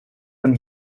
von